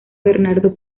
bernardo